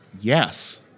Yes